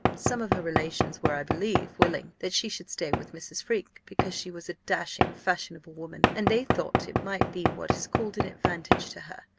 some of her relations were, i believe, willing that she should stay with mrs. freke, because she was a dashing, fashionable woman, and they thought it might be what is called an advantage to her.